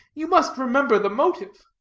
you must remember the motive.